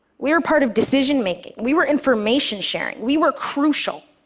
we were part of decision making. we were information sharing. we were crucial.